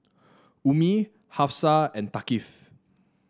Ummi Hafsa and Thaqif